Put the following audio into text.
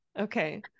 Okay